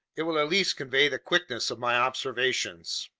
it will at least convey the quickness of my observations.